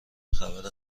خبر